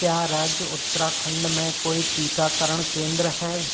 क्या राज्य उत्तराखंड में कोई टीकाकरण केंद्र हैं